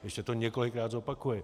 Ještě to několikrát zopakuji.